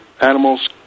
animals